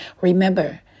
Remember